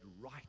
right